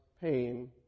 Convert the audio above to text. pain